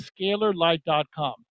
scalarlight.com